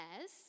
says